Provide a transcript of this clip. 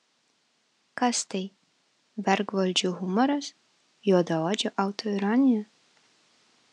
kas tai vergvaldžių humoras juodaodžių autoironija